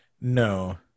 No